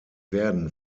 werden